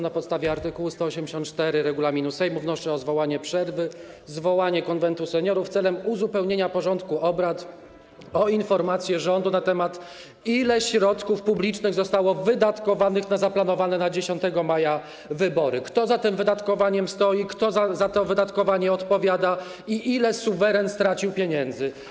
Na podstawie art. 184 regulaminu Sejmu wnoszę o zarządzenie przerwy i zwołanie Konwentu Seniorów celem uzupełnienia porządku obrad o informację rządu na temat tego, ile środków publicznych zostało wydatkowanych na zaplanowane na 10 maja wybory, kto za tym wydatkowaniem stoi, kto za to wydatkowanie odpowiada i ile suweren stracił pieniędzy.